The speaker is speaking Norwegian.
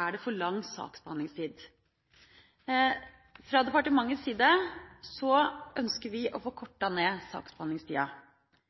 er det for lang saksbehandlingstid. Fra departementets side ønsker vi å korte ned saksbehandlingstida.